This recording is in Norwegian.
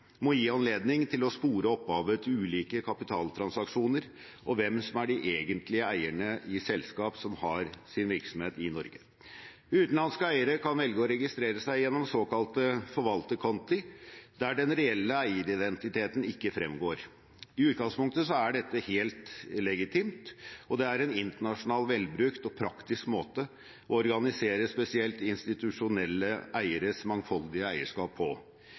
til å spore opphavet til ulike kapitaltransaksjoner og hvem som er de egentlige eierne i selskap som har sin virksomhet i Norge. Utenlandske eiere kan velge å registrere seg gjennom såkalte forvalterkonti, der den reelle eieridentiteten ikke fremgår. I utgangspunktet er dette legitimt, og det er en internasjonal velbrukt og praktisk måte å organisere spesielt institusjonelle eieres mangfoldige eierskap på.